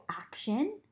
action